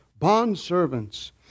bondservants